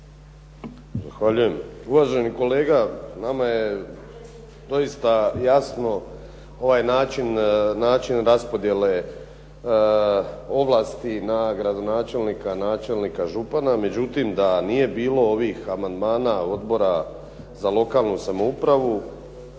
Zahvaljujem. Uvaženi kolega nama je doista jasno ovaj način raspodjele ovlasti na gradonačelnika, načelnika, župana. Međutim, da nije bilo ovih amandmana Odbora za lokalnu samoupravu